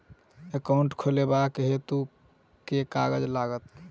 Account खोलाबक हेतु केँ कागज लागत?